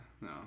no